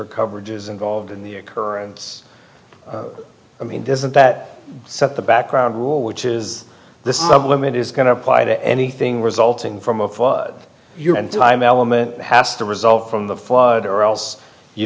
or coverages involved in the occurrence i mean doesn't that set the background rule which is the supplement is going to apply to anything resulting from of your and time element has to result from the flood or else you